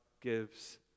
gives